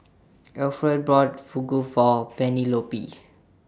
Alferd bought Fugu For Penelope